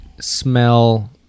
smell